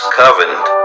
covenant